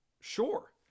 Sure